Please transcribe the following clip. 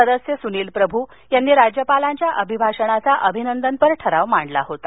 सदस्य सुनिल प्रभू यांनी राज्यपालांच्या अभिभाषणाचा अभिनंदनपर ठराव मांडला होता